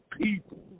people